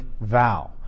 vow